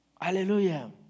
Hallelujah